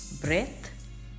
Breath